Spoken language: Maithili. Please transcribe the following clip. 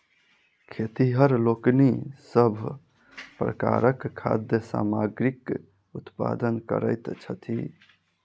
खेतिहर लोकनि सभ प्रकारक खाद्य सामग्रीक उत्पादन करैत छथि